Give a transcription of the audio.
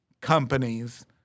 companies